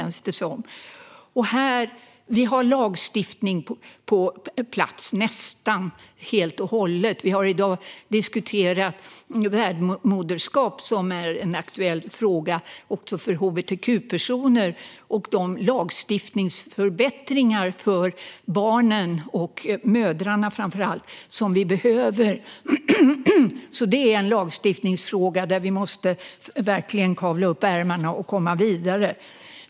Det finns lagstiftning på plats nästan helt och hållet. Vi har i dag diskuterat värdmoderskap, som är en aktuell fråga också för hbtq-personer, och de lagstiftningsförbättringar för barn och mödrar som vi behöver. Detta är en lagstiftningsfråga där vi måste kavla upp ärmarna och komma vidare.